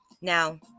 Now